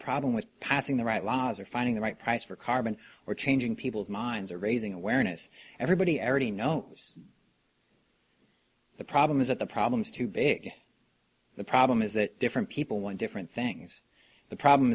problem with passing the right laws or finding the right price for carbon or changing people's minds or raising awareness everybody era t know the problem is that the problem is too big the problem is that different people want different things the problem